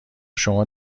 شما